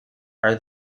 are